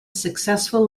successful